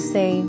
Say